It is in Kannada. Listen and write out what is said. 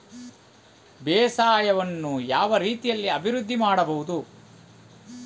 ಬೇಸಾಯವನ್ನು ಯಾವ ರೀತಿಯಲ್ಲಿ ಅಭಿವೃದ್ಧಿ ಮಾಡಬಹುದು?